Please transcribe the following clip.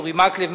אורי מקלב,